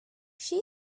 she